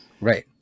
Right